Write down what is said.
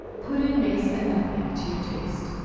put in mace and nutmeg to your taste.